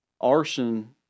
arson